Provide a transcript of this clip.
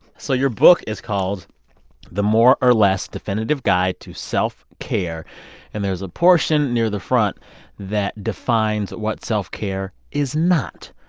so your book is called the more or less definitive guide to self-care. and there's a portion near the front that defines what self-care is not.